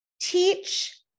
teach